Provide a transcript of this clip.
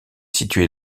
situé